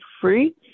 free